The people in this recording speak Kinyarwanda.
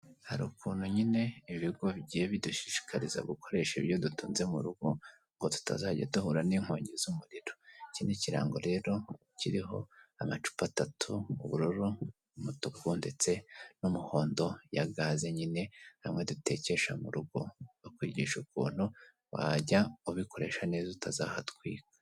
Hari ukuntu nyine ibigo bigiye bidushishikariza gukoresha ibyo dutunze mu rugo ngo tutazajya duhura n'inkongi z'umuriro ikindi kirango rero kiriho amacupa atatu ubururu, umutuku ndetse n'umuhondo ya gaze nyine hamwe dutekesha mu rugo bakwigisha ukuntu wajya ubikoresha neza utazahatwika.